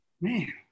man